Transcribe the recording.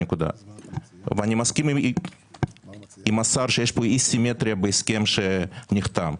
אני מסכים עם השר שיש פה אי סימטריה בהסכם שנחתם.